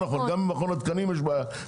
גם עם מכון התקנים יש בעיה,